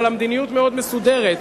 אבל המדיניות מאוד מסודרת,